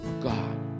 God